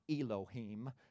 Elohim